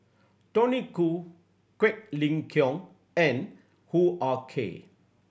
Tony Khoo Quek Ling Kiong and Hoo Ah Kay